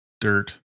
dirt